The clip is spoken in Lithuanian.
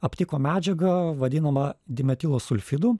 aptiko medžiagą vadinamą dimetilo sulfidu